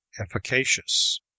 efficacious